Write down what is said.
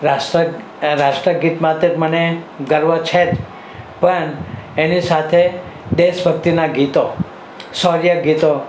રાષ્ટ્ર ગીત માટે જ મને ગર્વ છે જ પણ એની સાથે દેશભક્તિનાં ગીતો શૌર્ય ગીતો